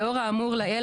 לאור האמור לעיל,